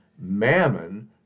mammon